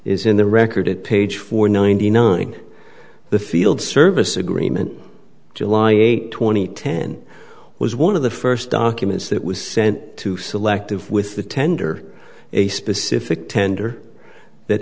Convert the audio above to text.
is in the record at page four ninety nine the field service agreement july eighth twenty ten was one of the first documents that was sent to selective with the tender a specific tender that